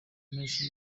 menshi